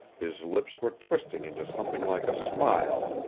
his lips were twisting into something like a smile,